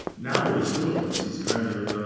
now what he's doing is, he's kind of